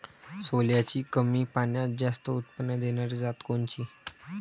सोल्याची कमी पान्यात जास्त उत्पन्न देनारी जात कोनची?